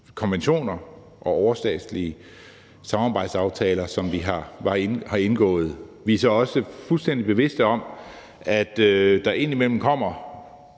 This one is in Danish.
konventioner og overstatslige samarbejdsaftaler, som vi har indgået. Vi er så også fuldstændig bevidste om, at der indimellem kommer